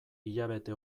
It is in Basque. hilabete